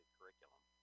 curriculum